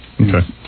Okay